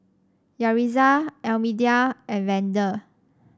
Yaritza Almedia and Vander